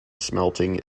smelting